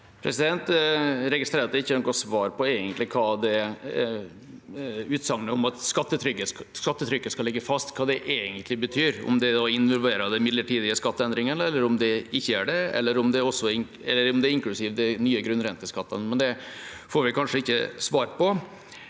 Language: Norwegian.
Jeg registrerer at det ikke er noe svar på hva utsagnet om at «skattetrykket skal ligge fast» egentlig betyr, om det involverer de midlertidige skatteendringene, eller om det ikke gjør det, eller om det er inklusiv de nye grunnrenteskattene. Det får vi kanskje ikke svar på.